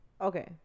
Okay